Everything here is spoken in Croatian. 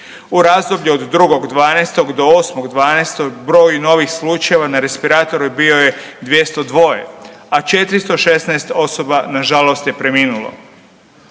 U razdoblju od 2.12. do 8.12. broj novih slučajeva na respiratoru bio je 202, a 416 osoba nažalost je preminulo.